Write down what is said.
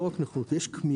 לא רק נכונות: יש כמיהה.